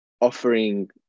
offering